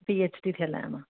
P H D थियलु आहियां मां